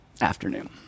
afternoon